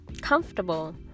comfortable